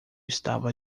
estava